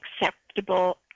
acceptable